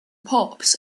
pops